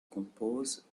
compose